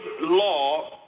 law